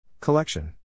Collection